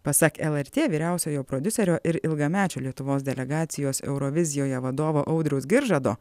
pasak lrt vyriausiojo prodiuserio ir ilgamečio lietuvos delegacijos eurovizijoje vadovo audriaus giržado